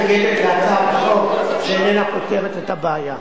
הממשלה מתנגדת להצעת החוק שאיננה פותרת את הבעיה.